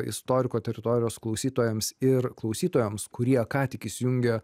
istoriko teritorijos klausytojams ir klausytojoms kurie ką tik įsijungė